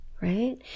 right